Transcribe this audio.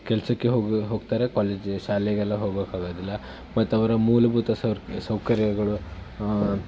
ಕೆಲಸಕ್ಕೆ ಹೋಗಿ ಹೋಗ್ತಾರೆ ಕಾಲೇಜಿಗೆ ಶಾಲೆಗೆಲ್ಲ ಹೋಗೋಕ್ಕೆ ಆಗೋದಿಲ್ಲ ಮತ್ತು ಅವ್ರ ಮೂಲಭೂತ ಸೌರ ಸೌಕರ್ಯಗಳು